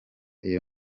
iyo